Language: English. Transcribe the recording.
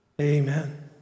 Amen